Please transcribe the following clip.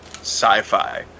sci-fi